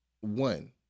One